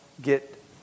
get